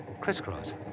crisscross